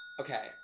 Okay